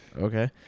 Okay